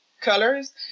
colors